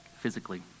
physically